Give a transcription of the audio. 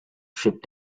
ship